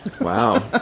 Wow